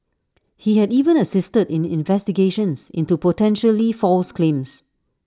he had even assisted in investigations into potentially false claims